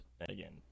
again